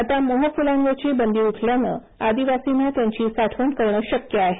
आता मोहफुलांवरची बंदी उठल्याने आदिवासींना त्यांची साठवण करणे शक्य आहे